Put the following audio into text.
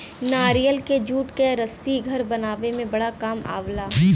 नारियल के जूट क रस्सी घर बनावे में बड़ा काम आवला